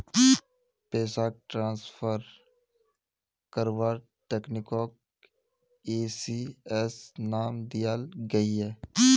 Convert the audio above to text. पैसाक ट्रान्सफर कारवार तकनीकोक ई.सी.एस नाम दियाल गहिये